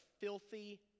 filthy